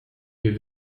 wir